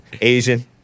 Asian